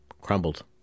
crumbled